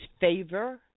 favor